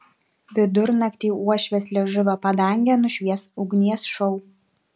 vidurnaktį uošvės liežuvio padangę nušvies ugnies šou